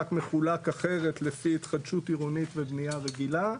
רק מחולק אחרת לפי התחדשות עירונית ובנייה רגילה.